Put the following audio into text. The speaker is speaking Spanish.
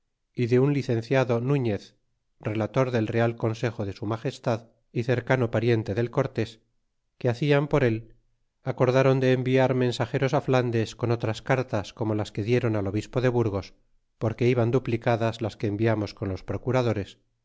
y de un licenciado nuñez relator del real consejo de su magestad y cercano pariente del cortes que hacian por él acordron de enviar mensageros á flandes con otras cartas como las que dieron al obispo de burgos porque iban duplicadas las que enviamos con los procuradores